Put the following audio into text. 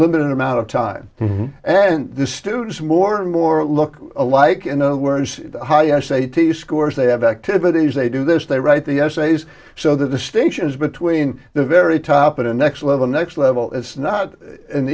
limited amount of time and the students more and more look alike in a word high s a t s scores they have activities they do this they write the essays so that the stations between the very top of the next level next level it's not an